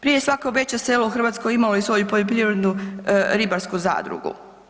Prije svako veće selo u Hrvatskoj imalo je svoju poljoprivrednu ribarsku zadrugu.